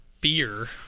beer